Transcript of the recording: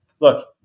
look